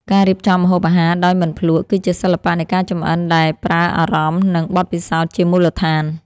ការរៀបចំម្ហូបអាហារដោយមិនភ្លក្ស គឺជាសិល្បៈនៃការចម្អិនដែលប្រើអារម្មណ៍ និងបទពិសោធន៍ជាមូលដ្ឋាន។